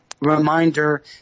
reminder